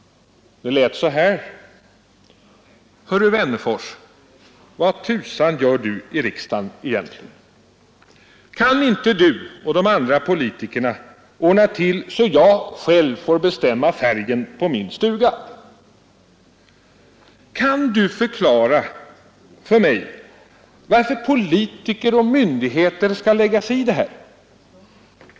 Det lät så här: ”Hör Du Wennerfors, vad tusan gör Du i riksdagen egentligen? Kan inte Du och de andra politikerna ordna så att jag själv får bestämma färgen på min stuga? Kan Du förklara för mig varför politiker och myndigheter skall lägga sig i det här?